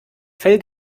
fell